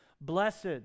blessed